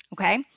okay